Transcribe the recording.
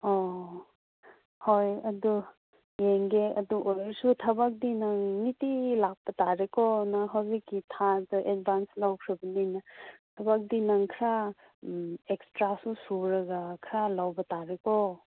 ꯑꯣ ꯍꯣꯏ ꯑꯗꯨ ꯌꯦꯡꯒꯦ ꯑꯗꯨ ꯑꯣꯏꯔꯁꯨ ꯊꯕꯛꯇꯤ ꯅꯪ ꯅꯤꯇꯤꯒ ꯂꯥꯛꯄ ꯇꯥꯔꯦꯀꯣ ꯅꯪ ꯍꯧꯖꯤꯛꯀꯤ ꯊꯥꯁꯦ ꯑꯦꯗꯚꯥꯟꯁ ꯂꯧꯈ꯭ꯔꯕꯅꯤꯅ ꯊꯕꯛꯇꯤ ꯅꯪ ꯈꯔꯥ ꯑꯦꯛꯁꯇ꯭ꯔꯥꯁꯨ ꯁꯨꯔꯒ ꯈꯔꯥ ꯂꯧꯕ ꯇꯥꯔꯦꯀꯣ